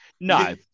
No